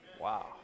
Wow